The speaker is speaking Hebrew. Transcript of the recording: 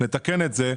לתקן את זה,